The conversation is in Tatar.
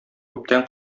күптән